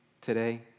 today